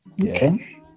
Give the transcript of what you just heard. okay